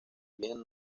bien